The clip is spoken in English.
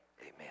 Amen